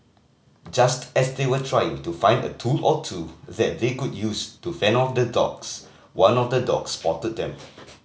just as they were trying to find a tool or two that they could use to fend off the dogs one of the dogs spotted them